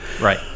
right